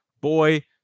Boy